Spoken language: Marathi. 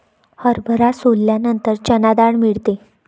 हरभरा सोलल्यानंतर चणा डाळ मिळते